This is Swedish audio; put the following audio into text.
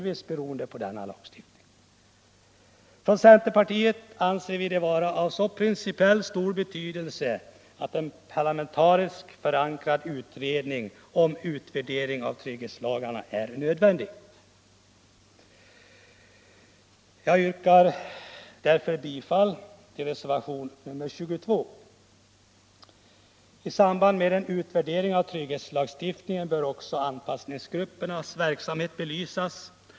Inom centerpartiet anser vi det vara av principiell stor betydelse att en parlamentariskt förankrad utredning om utvärdering av trygghets lagarna. här är nödvändig. Jag yrkar därför bifall till reservationen 22. I samband med en utvärdering av trygghetslagstiftningen bör också anpassningsgruppernas verksamhet belysas.